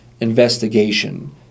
investigation